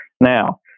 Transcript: Now